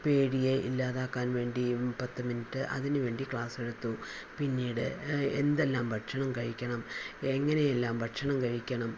പേടിയെ ഇല്ലാതാക്കാൻ വേണ്ടിയും പത്ത് മിനിറ്റ് അതിന് വേണ്ടി ക്ലാസ് എടുത്തു പിന്നീട് എന്തെല്ലാം ഭക്ഷണം കഴിക്കണം എങ്ങനെയെല്ലാം ഭക്ഷണം കഴിക്കണം